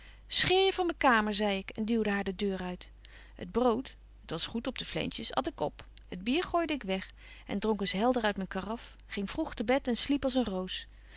je van myn kamer zei ik en duwde haar de deur uit het brood het was goed op de flensjes at ik op het bier gooide ik weg en dronk eens helder uit myn caraffe ging vroeg te bed en sliep als een roos